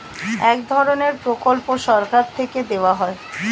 এক ধরনের প্রকল্প সরকার থেকে দেওয়া হয়